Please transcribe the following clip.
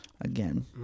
Again